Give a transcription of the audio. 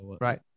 right